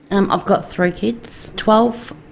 and i've got three kids twelve,